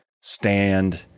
stand